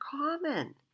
common